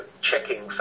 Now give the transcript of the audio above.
checking